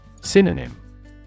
Synonym